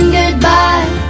goodbye